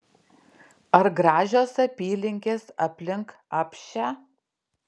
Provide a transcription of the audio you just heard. ar gražios apylinkės aplink apšę